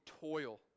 toil